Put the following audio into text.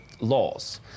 laws